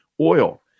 oil